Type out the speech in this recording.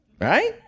Right